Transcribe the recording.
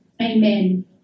Amen